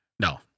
No